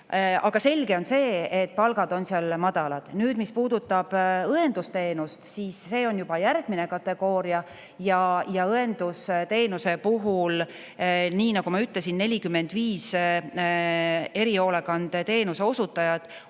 Aga selge on see, et palgad on seal madalad. Nüüd, mis puudutab õendusteenust, siis see on juba järgmine kategooria. Õendusteenuse puhul, nagu ma ütlesin, on 45 erihoolekandeteenuse osutajat